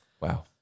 Wow